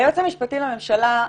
היועץ המשפטי לממשלה,